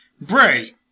Bray